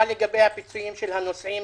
מה לגבי הפיצויים של הנוסעים,